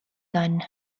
gun